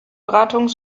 beratung